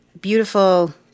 Beautiful